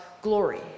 glory